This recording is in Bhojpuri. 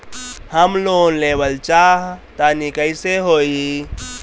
हम लोन लेवल चाह तानि कइसे होई?